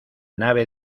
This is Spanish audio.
nave